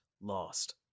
lost